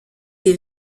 des